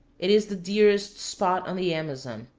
it is the dearest spot on the amazon.